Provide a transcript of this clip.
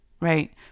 right